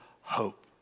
hope